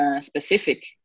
specific